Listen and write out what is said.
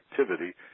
activity